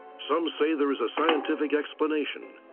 some say there is a scientific explanation.